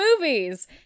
movies